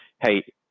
hey